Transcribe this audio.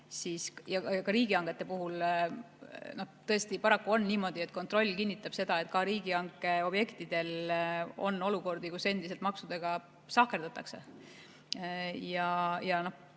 siis ka riigihangete puhul tõesti on paraku niimoodi, kontroll kinnitab seda, et riigihanke objektidel on olukordi, kus endiselt maksudega sahkerdatakse ja